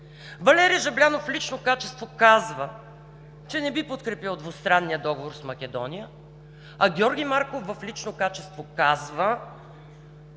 Валери Жаблянов в лично качество казва, че не би подкрепил двустранния договор с Македония, а Георги Марков в лично качество казва: